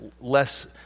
less